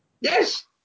Yes